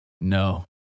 No